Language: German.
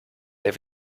der